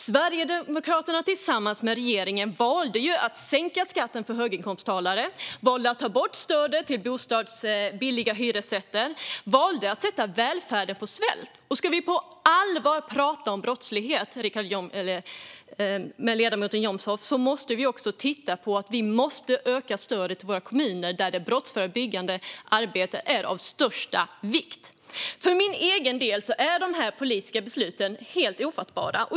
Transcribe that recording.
Sverigedemokraterna tillsammans med regeringen valde ju att sänka skatten för höginkomsttagare och ta bort stödet till billiga hyresrätter. Ni valde att sätta välfärden på svält. Om vi på allvar ska prata om brottslighet, ledamoten Jomshof, måste vi också titta på att öka stödet till kommunerna, där det brottsförebyggande arbetet är av största vikt. För min egen del är de här politiska besluten helt ofattbara.